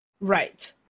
Right